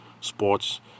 Sports